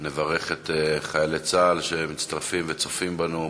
נברך את חיילי צה"ל שמצטרפים וצופים בנו.